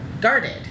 guarded